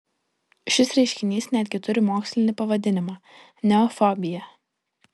šis reiškinys netgi turi mokslinį pavadinimą neofobija